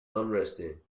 unresting